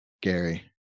Gary